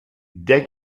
der